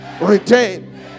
Retain